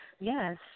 yes